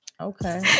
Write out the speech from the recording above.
Okay